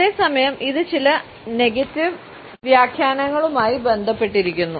അതേസമയം ഇത് ചില നെഗറ്റീവ് വ്യാഖ്യാനങ്ങളുമായി ബന്ധപ്പെട്ടിരിക്കുന്നു